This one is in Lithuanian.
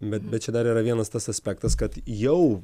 bet bet čia dar yra vienas tas aspektas kad jau